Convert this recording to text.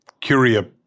Curia